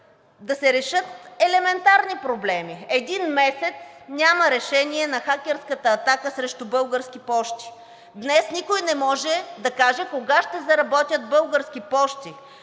да се решат елементарни проблеми – един месец няма решение на хакерската атака срещу „Български пощи“. Днес никой не може да каже кога ще заработят „Български пощи“,